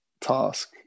task